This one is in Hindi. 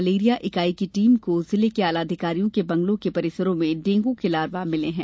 मलेरिया इकाई की टीम को जिले के आला अधिकारियों के बंगलों के परिसरों से डेंगू के लार्वा मिले हैं